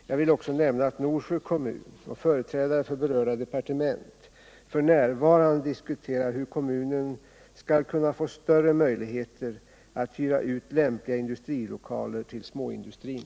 Jag vill också nämna att Norsjö kommun och företrädare för berörda departement f. n. diskuterar hur kommunen skall kunna få större möjligheter att hyra ut lämpliga industrilokaler till småindustrin.